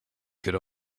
could